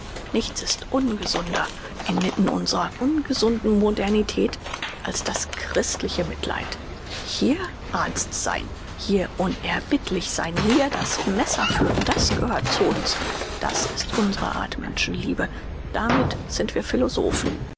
nichts ist ungesunder inmitten unsrer ungesunden modernität als das christliche mitleid hier arzt sein hier unerbittlich sein hier das messer führen das gehört zu uns das ist unsre art menschenliebe damit sind wir philosophen